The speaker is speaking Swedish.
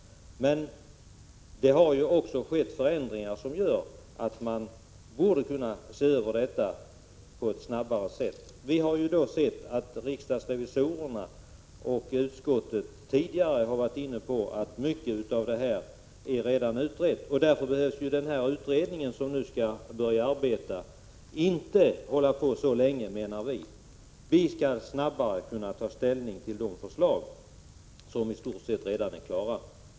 Men det har ju också skett förändringar som gör att man borde kunna se över detta på ett snabbare sätt. Vi har i dag sett att riksdagsrevisorerna och utskottet tidigare har framhållit att mycket av detta redan är utrett. Därför behöver den utredning som snart skall börja arbeta inte hålla på så länge. Vi bör snabbare kunna ta ställning till de förslag som ju i stort sett är klara.